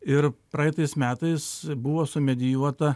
ir praeitais metais buvo su medijuota